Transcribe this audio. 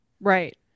right